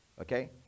Okay